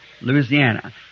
Louisiana